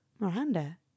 Miranda